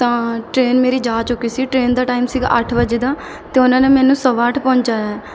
ਤਾਂ ਟ੍ਰੇਨ ਮੇਰੀ ਜਾ ਚੁੱਕੀ ਸੀ ਟ੍ਰੇਨ ਦਾ ਟਾਈਮ ਸੀਗਾ ਅੱਠ ਵਜੇ ਦਾ ਅਤੇ ਉਹਨਾਂ ਨੇ ਮੈਨੂੰ ਸਵਾ ਅੱਠ ਪਹੁੰਚਾਇਆ